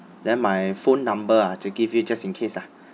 then my phone number ah to give you just in case lah